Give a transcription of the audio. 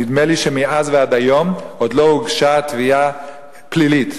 נדמה לי שמאז ועד היום עוד לא הוגשה תביעה פלילית